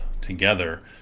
together